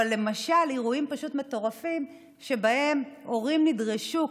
או למשל אירועים פשוט מטורפים שבהם הורים נדרשו,